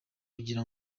kugira